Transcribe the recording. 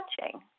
touching